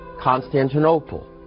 Constantinople